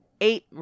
eight